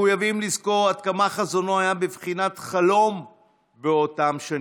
מחויבים לזכור עד כמה חזונו היה בבחינת חלום באותן שנים,